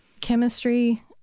chemistry